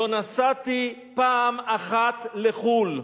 לא נסעתי פעם אחת לחו"ל,